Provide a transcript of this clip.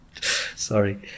sorry